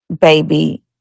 Baby